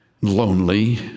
lonely